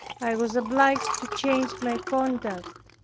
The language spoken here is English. i was obliged to change my conduct.